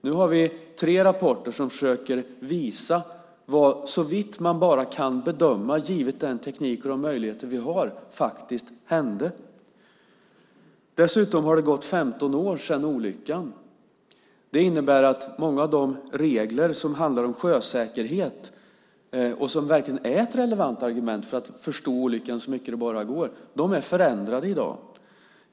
Nu har vi tre rapporter som försöker visa vad som, såvitt man kan bedöma givet den teknik och de möjligheter vi har, faktiskt hände. Dessutom har det gått 15 år sedan olyckan. Det innebär att många av de regler som handlar om sjösäkerhet och som verkligen är ett relevant argument för att förstå olyckan så mycket det går är förändrade i dag.